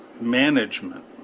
management